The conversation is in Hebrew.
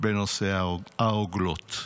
בנושא הרוגלות.